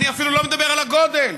אני אפילו לא מדבר על הגודל,